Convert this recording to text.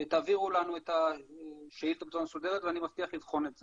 תעבירו לנו את השאילתות בצורה מסודרת ואני מבטיח לבחון את זה.